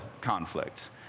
conflict